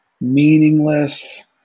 meaningless